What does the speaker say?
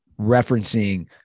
referencing